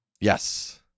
Yes